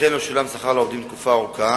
אכן לא שולם שכר לעובדים תקופה ארוכה.